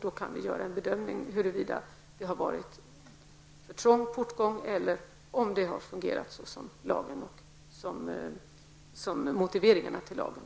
Då kan vi göra en bedömning av om portgången har varit för trång eller om detta har fungerat i enlighet med motiveringarna till lagen.